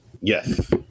Yes